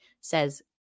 says